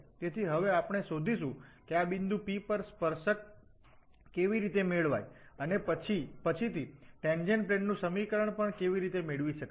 તેથી હવે આપણે શોધીશું કે આ બિંદુ P પર સ્પર્શક કેવી રીતે મેળવાય અને પછીથી ટેન્જેન્ટ પ્લેન નુ સમીકરણ પર કેવી રીતે મેળવી શકાય